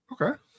Okay